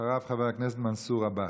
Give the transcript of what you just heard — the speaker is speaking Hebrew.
ואחריו, חבר הכנסת מנסור עבאס.